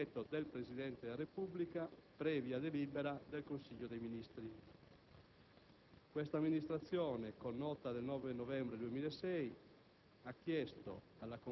recepito in un decreto del Presidente della Repubblica, previa delibera del Consiglio dei ministri. Questa amministrazione, con nota del 9 novembre 2006,